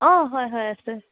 অঁ হয় হয় আছে